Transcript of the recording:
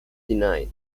denied